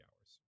hours